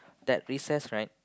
that recess right